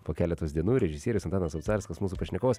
po keletos dienų režisierius antanas obcarskas mūsų pašnekovas